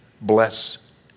bless